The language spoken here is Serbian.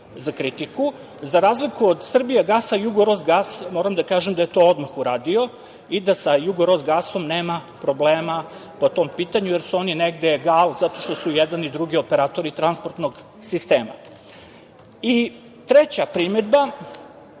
za kritiku. Za razliku od „Srbijagas“, „Jugorosgas“ moram da kažem da je to odmah uradio i da sa „Jugorosgas“ nema problema po tom pitanju, jer su oni negde u egalu, zato što su i jedan i drugi operatori transportnog sistema. Treća primedba